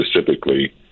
specifically